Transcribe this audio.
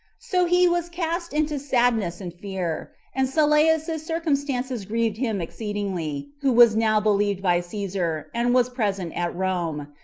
so he was cast into sadness and fear and sylleus's circumstances grieved him exceedingly, who was now believed by caesar, and was present at rome,